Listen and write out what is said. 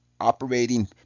operating